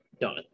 done